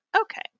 Okay